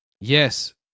Yes